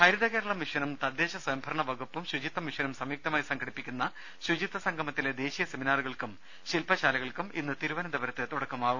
ഹരിത കേരളം മിഷനും തദ്ദേശസ്വയംഭരണ വകുപ്പും ശുചിത്വ മിഷനും സംയുക്തമായി സംഘടിപ്പിക്കുന്നു ശൂചിത്വ സംഗമത്തിലെ ദേശീയ സെമിനാറുകൾക്കും ശിൽപശാലകൾക്കും ഇന്ന് തിരുവനന്തപുരത്ത് തുട ക്കമാവും